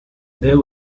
there